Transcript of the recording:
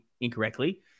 incorrectly